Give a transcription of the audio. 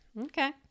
Okay